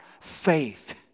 faith